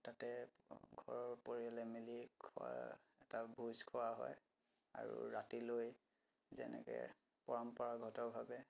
তাতে ঘৰৰ পৰিয়ালে মিলি খোৱা এটা ভোজ খোৱা হয় আৰু ৰাতিলৈ যেনেকৈ পৰম্পৰাগতভাৱে